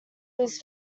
his